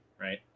Right